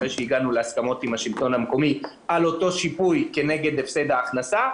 אחרי שהגענו להסכמות עם השלטון המקומי על אותו שיפוי כנגד הפסד ההכנסה,